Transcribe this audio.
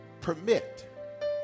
permit